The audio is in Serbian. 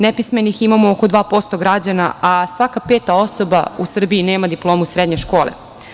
Nepismenih imamo oko 2% građana, a svaka peta osoba u Srbiji nema diplomu srednje škole.